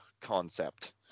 concept